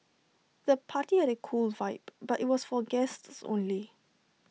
the party had A cool vibe but IT was for guests only